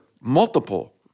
multiple